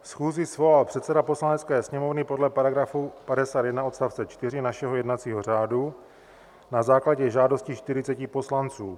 Schůzi svolal předseda Poslanecké sněmovny podle § 51 odst. 4 našeho jednacího řádu na základě žádosti 40 poslanců.